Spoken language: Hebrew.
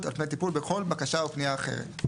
על פני טיפול בכל בקשה או פנייה אחרת.